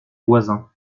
voisins